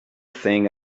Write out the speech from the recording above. thing